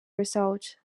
result